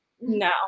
No